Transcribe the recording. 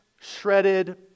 Shredded